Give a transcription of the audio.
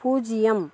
பூஜ்ஜியம்